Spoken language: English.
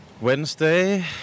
Wednesday